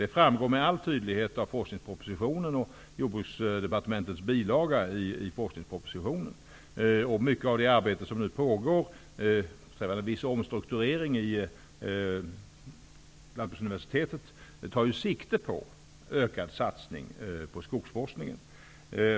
Det framgår med all tydlighet av forskningspropositionen och Jordbruksdepartementets bilaga till den. Mycket av det arbete som nu pågår, med en viss omstrukturering av Lantbruksuniversitetet, tar ju sikte på en ökad satsning på skogsforskningen.